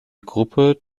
gruppe